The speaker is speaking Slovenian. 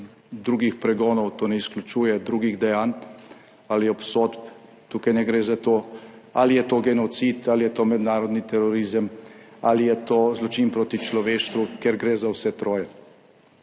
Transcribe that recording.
drugih pregonov to ne izključuje, drugih dejanj ali obsodb. Tukaj ne gre za to ali je to genocid, ali je to mednarodni terorizem, ali je to zločin proti človeštvu, ker gre za vse troje